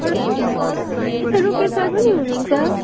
अरू यता रुपेश सर पनि हुनुहुन्छ